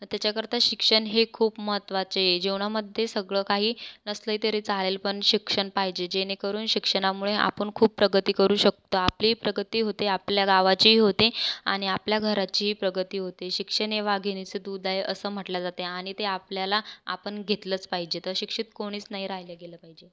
त्याच्याकरता शिक्षण हे खूप महत्त्वाचे आहे जीवनामध्ये सगळं काही नसले तरी चालेल पण शिक्षण पाहिजे जेणेकरून शिक्षणामुळे आपन खूप प्रगती करू शकतो आपली प्रगती होते आपल्या गावाचीही होते आणि आपल्या घराची प्रगती होते शिक्षण हे वाघिणीचं दूध आहे असं म्हटलं जाते आणि ते आपल्याला आपण घेतलंच पाहिजे तर अशिक्षित कोणीच नाही राह्यलं गेलं पाहिजे